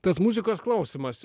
tas muzikos klausymas